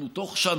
אנחנו בתוך שנה